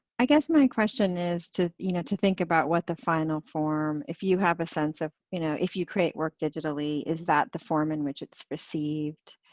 i guess my question is to you know to think about what the final form, if you have a sense of you know if you create work digitally, is that the form in which it's received,